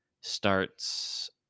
starts